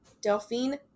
Delphine